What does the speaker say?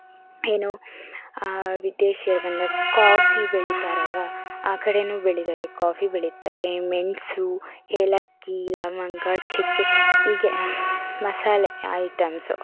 ಏನು ವಿದೇಶಿಯರು ಬಂದಾಗ ಕಾಫಿ ಬೆಳಿತಾರಲ್ವಾ ಆ ಕಡೆನೂ ಬೆಳಿತಾರೆ ಕಾಫಿ ಬೆಳಿತಾರೆ ಮೆಣಸು ಏಲಕ್ಕಿ ಲವಂಗ ಚಕ್ಕೆ ಹೀಗೆ ಮಸಾಲೆ ಐಟಮ್ಸ್